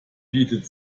bietet